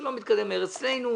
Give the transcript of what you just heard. אצלנו,